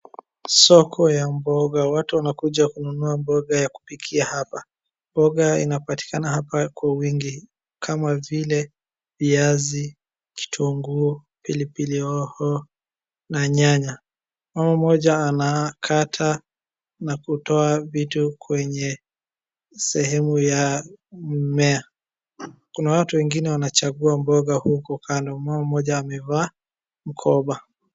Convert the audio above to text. Soko ya mboga watu wanakuja kununua mboga ya kupikia hapa. Mboga inapatikana hapa kwa wingi kama vile viazi , kitungu, pilipili hoho na nyanya. Mama moja anakata na kutoa vitu kwenye sehemu ya mimea. Kuna watu wengine wanachagua mboga uko kando, mama moja amevaa mkoba.